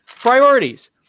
priorities